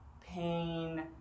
pain